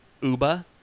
Uba